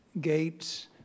Gates